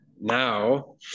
Now